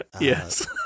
Yes